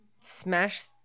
smash